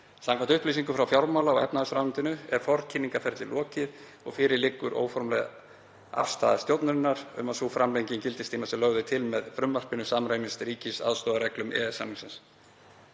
Samkvæmt upplýsingum frá fjármála- og efnahagsráðuneytinu er forkynningarferli lokið og fyrir liggur óformleg afstaða stjórnarinnar um að sú framlenging gildistíma sem lögð er til með frumvarpinu samræmist ríkisaðstoðarreglum EES-samningsins.